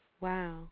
Wow